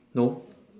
no